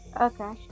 okay